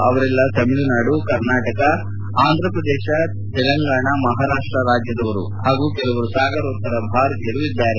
ಅವರೆಲ್ಲ ತಮಿಳುನಾಡು ಕರ್ನಾಟಕ ಆಂಧ್ರಪ್ರದೇಶ ತೆಲಂಗಾಣ ಮಹಾರಾಷ್ವ ರಾಜ್ಯದವರು ಹಾಗೂ ಕೆಲವರು ಸಾಗರೋತ್ತರ ಭಾರತೀಯರು ಇದ್ದಾರೆ